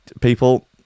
people